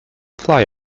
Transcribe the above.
fly